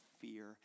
fear